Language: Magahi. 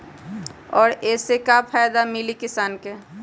और ये से का फायदा मिली किसान के?